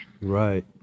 right